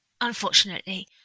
Unfortunately